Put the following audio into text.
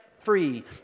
free